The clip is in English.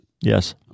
Yes